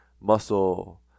muscle